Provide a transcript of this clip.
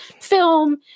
film